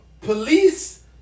police